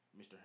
Mr